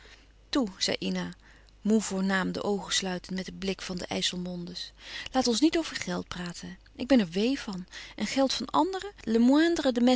toe zei ina moê voornaam de oogen sluitend met den blik van de ijsselmondes laat ons niet over geld praten ik ben er wee van en geld van anderen